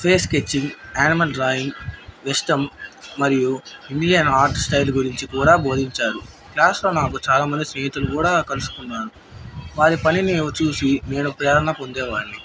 face sketching animal drawing western మరియు Indian art style గురించి కూడా బోధించాారు క్లాస్లో నాకు చాలామంది స్నేహితులు కూడా కలుసుకున్నాను వారి పనిని చూసి నేను ప్రేరణ పొందేవాడిని